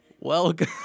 welcome